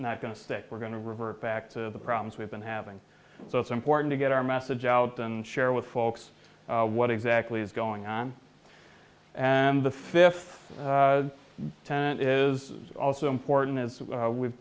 not going to stick we're going to revert back to the problems we've been having the it's important to get our message out and share with folks what exactly is going on and the fifth tent is also important as we've